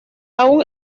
aún